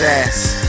ass